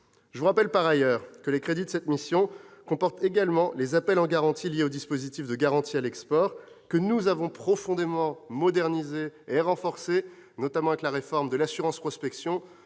je vous rappelle que les crédits de cette mission comportent également les appels en garantie liés aux dispositifs de garantie à l'export que nous avons profondément modernisés et renforcés, notamment avec la réforme de l'assurance prospection,